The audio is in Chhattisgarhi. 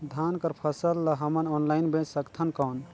धान कर फसल ल हमन ऑनलाइन बेच सकथन कौन?